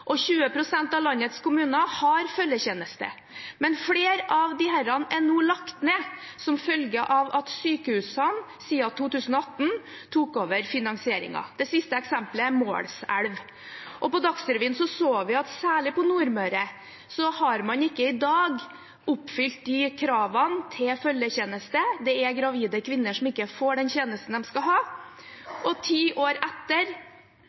av landets kommuner har følgetjeneste. Men flere av disse er nå lagt ned som følge av at sykehusene i 2018 tok over finansieringen. Det siste eksemplet er Målselv. På Dagsrevyen så vi at særlig på Nordmøre oppfyller man i dag ikke kravene til følgetjeneste. Det er gravide kvinner som ikke får den tjenesten de skal ha. Ti år etter